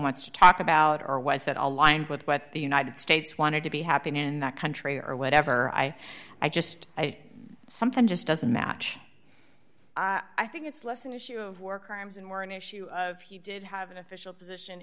wants to talk about or was that aligned with what the united states wanted to be happen in that country or whatever i i just say something just doesn't match i think it's less an issue of war crimes and more an issue of he did have an official position